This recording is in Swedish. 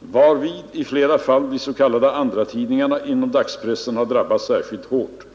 varvid i flera fall de s.k. andratidningarna inom dagspressen drabbats särskilt hårt.